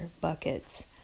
buckets